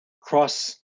cross